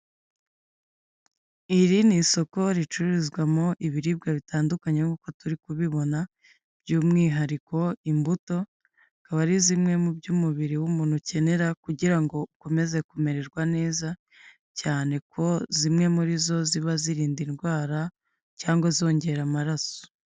Iri ni isoko ricururizwamo ibiribwa bitandukanye nk'uko turi kubibona, by'umwihariko imbuto bikaba ari zimwe mu byo umubiri w'umuntu ukenera, kugira ngo ukomeze kumererwa neza cyane ko zimwe muri zo ziba zirinda indwara cyangwa zongera amaraso.